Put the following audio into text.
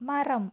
மரம்